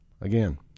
again